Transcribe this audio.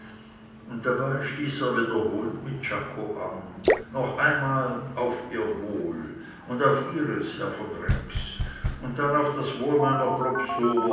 und dabei stieß er wiederholt mit czako an noch einmal auf ihr wohl und auf ihres herr von rex und dann auf das wohl meiner